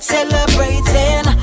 Celebrating